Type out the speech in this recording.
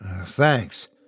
Thanks